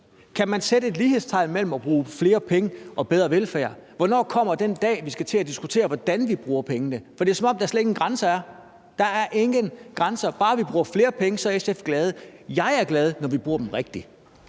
Kan man sætte et lighedstegn mellem at bruge flere penge og bedre velfærd? Hvornår kommer den dag, vi skal til at diskutere, hvordan vi bruger pengene? For det er, som om der slet ingen grænser er. Der er ingen grænser; bare vi bruger flere penge, er SF glade. Jeg er glad, når vi bruger dem rigtigt.